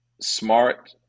smart